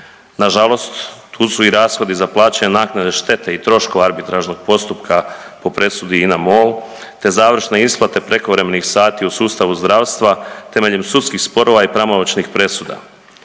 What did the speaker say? Nažalost, tu su i rashodi za plaćanje naknade štete i troškova arbitražnog postupka po presudi INA-MOL, te završne isplate prekovremenih sati u sustavu zdravstva temeljem sudskih sporova i pravomoćnih presuda.